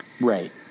Right